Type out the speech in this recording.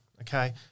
okay